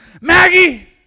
Maggie